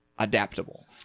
adaptable